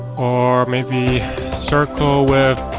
or maybe circle with